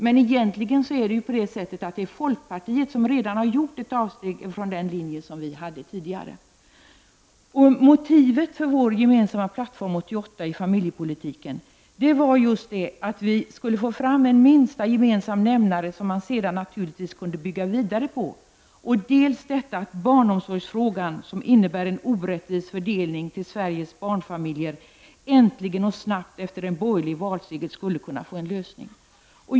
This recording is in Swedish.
Men egentligen är det folkpartiet som redan har gjort avsteg från den tidigare gemensamma linjen. Motivet för vår gemensamma plattform 1988 i familjepolitiken var just dels att vi skulle få fram en minsta gemensamma nämnare som man sedan, naturligtvis, kunde bygga vidare på, dels att barnomsorgsfrågan -- det handlar då om en orättvis fördelning till Sveriges barnfamiljer -- äntligen och snabbt efter en borgerlig valseger skulle få en lösning.